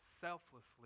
selflessly